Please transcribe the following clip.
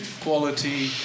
quality